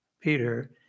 Peter